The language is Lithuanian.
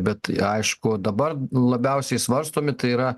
bet aišku dabar labiausiai svarstomi tai yra